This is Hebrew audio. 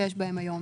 הן היום